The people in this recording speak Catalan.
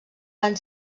van